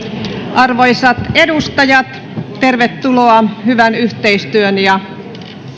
arvoisat edustajat tervetuloa hyvän yhteistyön ja